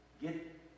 get